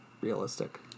realistic